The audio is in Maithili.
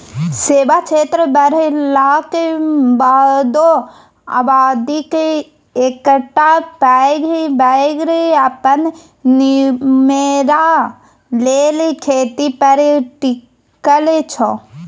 सेबा क्षेत्र बढ़लाक बादो आबादीक एकटा पैघ बर्ग अपन निमेरा लेल खेती पर टिकल छै